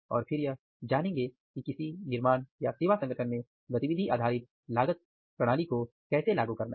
और फिर यह जानेंगे कि किसी निर्माण या सेवा संगठन में गतिविधि आधारित लागत प्रणाली को कैसे लागू करना है